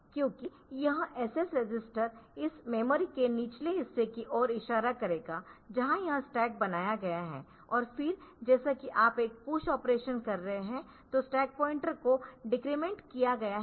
क्योंकि यह SS register इस मेमोरी के निचले हिस्से की ओर इशारा करेगा जहाँ यह स्टैक बनाया गया है और फिर जैसा कि आप एक पुश ऑपरेशन कर रहे हैतो स्टैक पॉइंटर को डेक्रेमेंट किया गया है